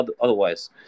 otherwise